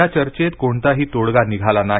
या चर्चेत कोणताही तोडगा निघाला नाही